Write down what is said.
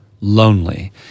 lonely